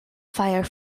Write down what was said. fire